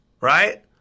right